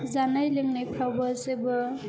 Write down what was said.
जानाय लोंनायफोरावबो जेबो